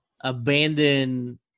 abandon